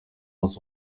has